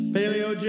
Paleo